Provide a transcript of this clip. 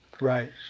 Right